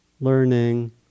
learning